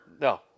No